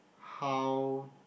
how